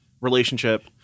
relationship